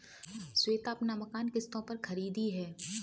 श्वेता अपना मकान किश्तों पर खरीदी है